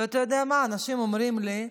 ואתה יודע מה, אנשים אומרים לי: